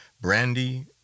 brandy